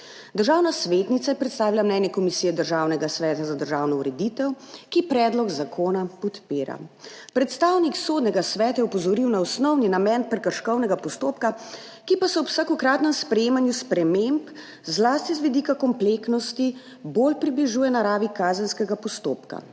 Državna svetnica je predstavila mnenje Komisije Državnega sveta za državno ureditev, ki predlog zakona podpira. Predstavnik Sodnega sveta je opozoril na osnovni namen prekrškovnega postopka, ki pa se ob vsakokratnem sprejemanju sprememb, zlasti z vidika kompleksnosti, bolj približuje naravi kazenskega postopka.